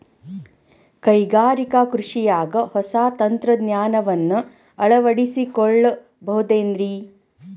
ಕೈಗಾರಿಕಾ ಕೃಷಿಯಾಗ ಹೊಸ ತಂತ್ರಜ್ಞಾನವನ್ನ ಅಳವಡಿಸಿಕೊಳ್ಳಬಹುದೇನ್ರೇ?